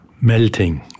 melting